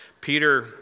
Peter